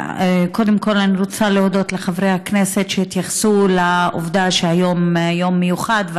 קודם כול אני רוצה להודות לחברי הכנסת שהתייחסו לעובדה שהיום יום מיוחד.